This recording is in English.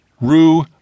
rue